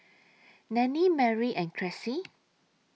Nannie Mary and Cressie